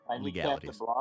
legalities